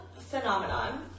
phenomenon